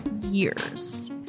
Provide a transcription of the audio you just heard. years